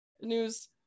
news